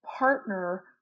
partner